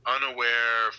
Unaware